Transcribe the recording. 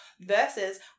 versus